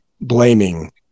blaming